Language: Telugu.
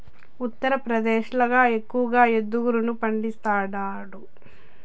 ఉత్తరప్రదేశ్ ల ఎక్కువగా యెదురును పండిస్తాండారు